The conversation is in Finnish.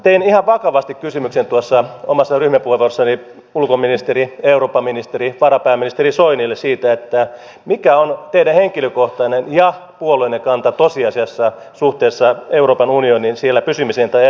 tein ihan vakavasti kysymyksen omassa ryhmäpuheenvuorossani ulkoministeri eurooppaministeri varapääministeri soinille siitä mikä on teidän henkilökohtainen ja puolueenne kanta tosiasiassa suhteessa euroopan unioniin siellä pysymiseen tai eroamiseen